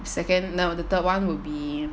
second now the third one would be